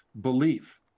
Belief